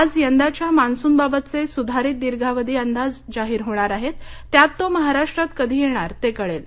आज यंदाच्या मान्सून बाबतचे सुधारित दीर्घावधी अंदाज जाहीर होणार आहेत त्यात तो महाराष्ट्रात कधी येणार ते कळेल